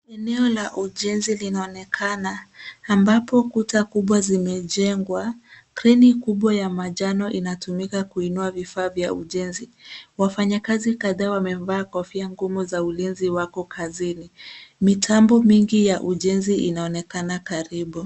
Eneo la ujenzi linaonekana, ambapo kuta kubwa zimejengwa. Kreni kubwa ya manjano inatumika kuinua vifaa vya ujenzi. Wafanyakazi kadhaa wamevaa kofia ngumu za ulinzi, wako kazini. Mitambo mingi ya ujenzi inaonekana karibu.